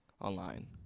online